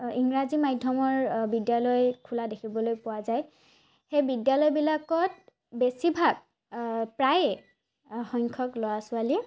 ইংৰাজী মাধ্যমৰ বিদ্যালয় খোলা দেখিবলৈ পোৱা যায় সেই বিদ্যালয়বিলাকত বেছিভাগ প্ৰায়ে সংখ্যক ল'ৰা ছোৱালীয়ে